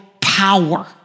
power